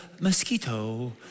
mosquito